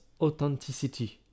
authenticity